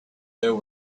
there